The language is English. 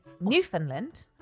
Newfoundland